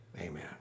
amen